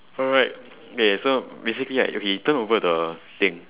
alright okay so basically I okay you turn over the thing